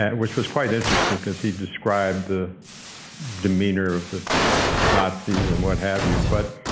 and which was quite interesting because he described the demeanor of the nazis and what have you. but